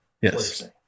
Yes